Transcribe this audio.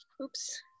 oops